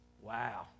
Wow